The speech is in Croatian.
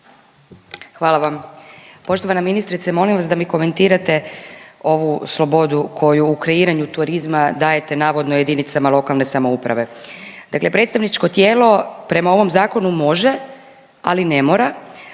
Hvala vam. Poštovana ministrice molim vas da mi komentirate ovu slobodu koju u kreiranju turizma dajete navodno jedinicama lokalne samouprave. Dakle predstavničko tijelo prema ovom zakonu može ali ne mora